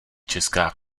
česká